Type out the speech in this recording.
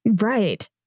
right